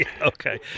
Okay